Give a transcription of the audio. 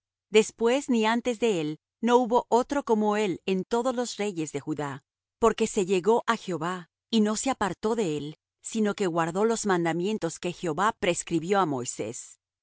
después ni antes de él no hubo otro como él en todos los reyes de judá porque se llegó á jehová y no se apartó de él sino que guardó los mandamientos que jehová prescribió á moisés